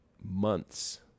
months